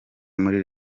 muri